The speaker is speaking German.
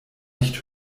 nicht